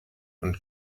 und